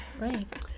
right